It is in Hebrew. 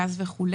גז וכו'.